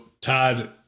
Todd